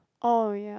oh ya